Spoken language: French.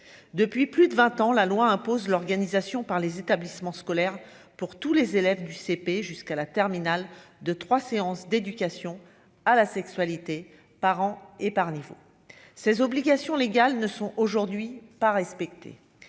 depuis plus de 20 ans, la loi impose l'organisation par les établissements scolaires pour tous les élèves du CP jusqu'à la terminal deux 3 séances d'éducation à la sexualité par an et par niveau ses obligations légales ne sont aujourd'hui pas respecté,